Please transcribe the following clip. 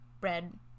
bread